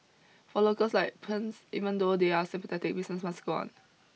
for locals like Puns even though they're sympathetic business must go on